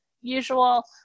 usual